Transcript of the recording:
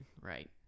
Right